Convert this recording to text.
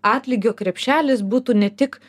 atlygio krepšelis būtų ne tik